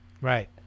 Right